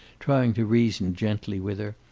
trying to reason gently with her.